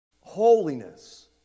Holiness